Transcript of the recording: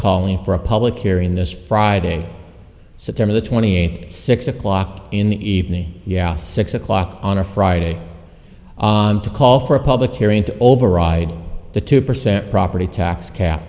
calling for a public hearing this friday september the twenty eight six o'clock in the evening yeah six o'clock on a friday to call for a public hearing to override the two percent property tax ca